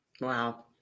Wow